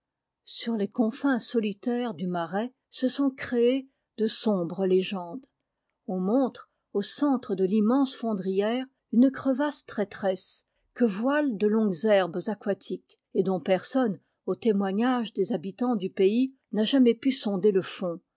sur les confins solitaires du marais se sont créées de sombres legendes on montre au centre de l'immense fondrière une crevasse traîtresse que voilent de longues herbes aquatiques et dont personne au témoignage des habitants du pays n'a jamais pu sonder le fond